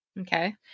Okay